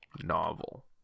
novel